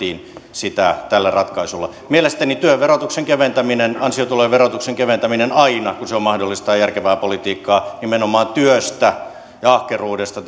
sitä tällä ratkaisulla mielestäni työn verotuksen keventäminen ansiotulojen verotuksen keventäminen aina kun se on mahdollista on järkevää politiikkaa nimenomaan työstä ja ahkeruudesta